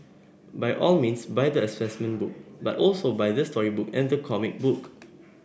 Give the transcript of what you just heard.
by all means buy the assessment book but also buy the storybook and the comic book